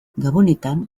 gabonetan